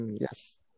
Yes